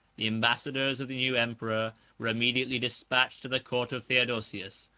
the ambassadors of the new emperor were immediately despatched to the court of theodosius,